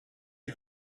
you